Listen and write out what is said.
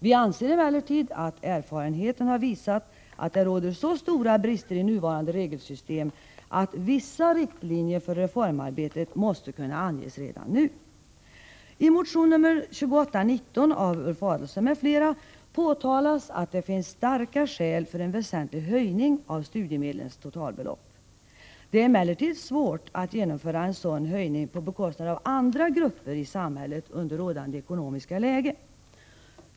Vi anser emellertid att erfarenheten har visat att det råder så stora brister i nuvarande regelsystem, att vissa riktlinjer för reformarbetet måste kunna anges redan nu. I motion nr 2819 av Ulf Adelsohn m.fl. påtalas att det finns starka skäl för en väsentlig höjning av studiemedlens totalbelopp. Det är emellertid svårt att genomföra en sådan höjning på bekostnad av andra grupper i samhället i rådande ekonomiska läge.